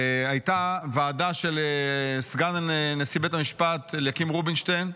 הייתה ועדה של סגן נשיא בית המשפט אליקים רובינשטיין,